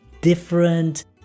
different